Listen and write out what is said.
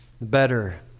better